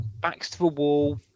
backs-to-the-wall